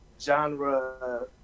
genre